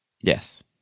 Yes